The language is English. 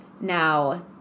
Now